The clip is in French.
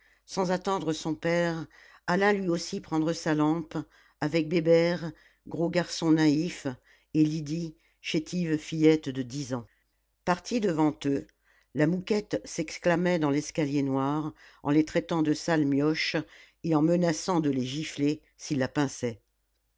sans attendre son père alla lui aussi prendre sa lampe avec bébert gros garçon naïf et lydie chétive fillette de dix ans partie devant eux la mouquette s'exclamait dans l'escalier noir en les traitant de sales mioches et en menaçant de les gifler s'ils la pinçaient